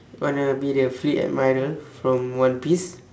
wanna be the fleet admiral from one piece